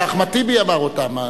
שאחמד טיבי אמר אותם,